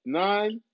nine